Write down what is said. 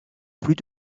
plus